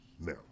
now